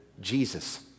Jesus